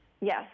Yes